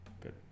good